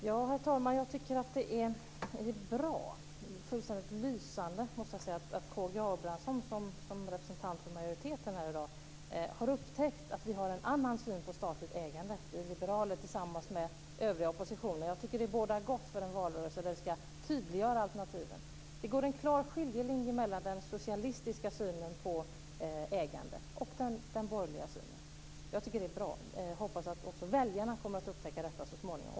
Herr talman! Jag tycker att det är fullständigt lysande att K G Abramsson som representant för majoriteten har upptäckt att vi liberaler tillsammans med de övriga i oppositionen har en annan syn på statligt ägande. Jag tycker att det bådar gott för en valrörelse där alternativen tydliggörs. Det går en klar skiljelinje mellan den socialistiska synen på ägande och den borgerliga synen, det är bra. Jag hoppas att också väljarna kommer att upptäcka detta småningom.